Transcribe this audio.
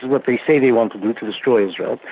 what they say they want to do to destroy israel,